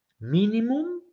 minimum